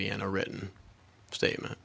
be in a written statement